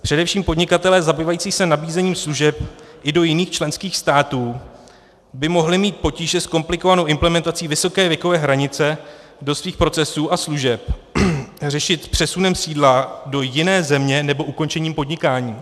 Především podnikatelé zabývající se nabízením služeb i do jiných členských států by mohli mít potíže s komplikovanou implementací vysoké věkové hranice do svých procesů a služeb, řešit přesunem sídla do jiné země nebo ukončením podnikání.